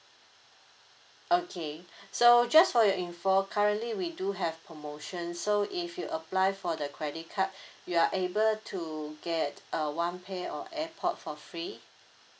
okay so just for your info currently we do have promotion so if you apply for the credit card you are able to get uh one pair of airpod for free